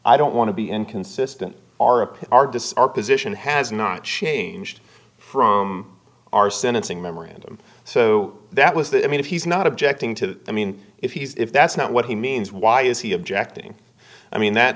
i don't want to be inconsistent are a p r disorder position has not changed from our sentencing memorandum so that was that i mean if he's not objecting to i mean if he's if that's not what he means why is he objecting i mean that